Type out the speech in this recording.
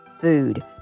food